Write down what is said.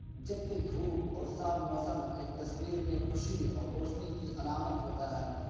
جبکہ دھوپ اور صاف موسم ایک تصویر میں خوشی اور روشنی کی علامت ہوتا ہے